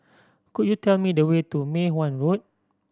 could you tell me the way to Mei Hwan Road